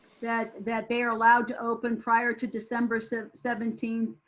that that they're allowed to open prior to december seventeenth,